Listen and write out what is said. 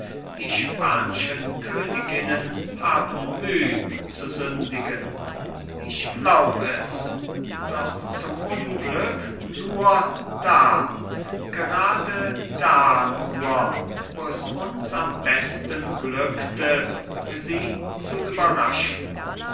die span'schen königinnen haben müh zu sündigen ich glaub es doch zum unglück nur da gerade da nur wo es uns am besten glückte sie zu überraschen